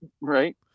Right